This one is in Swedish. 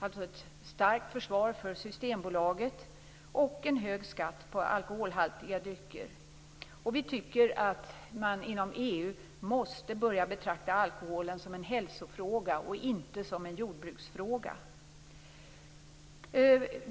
dvs. ett starkt försvar för Systembolaget, och en hög skatt på alkoholhaltiga drycker. Vi tycker att man inom EU måste börja betrakta alkoholen som en hälsofråga och inte som en jordbruksfråga.